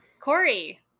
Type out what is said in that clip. Corey